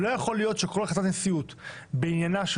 לא יכול להיות שכל החלטה של הנשיאות בעניינה של